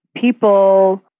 people